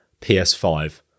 ps5